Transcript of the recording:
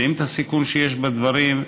יודעים את הסיכון שיש בדברים,